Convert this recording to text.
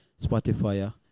Spotify